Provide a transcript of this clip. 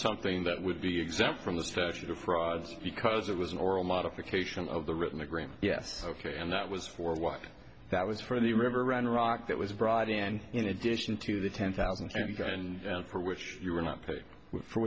something that would be exempt from the statute of frauds because it was an oral modification of the written agreement yes ok and that was for what that was for the river run iraq that was brought in and in addition to the ten thousand and for which you were not paid for